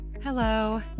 Hello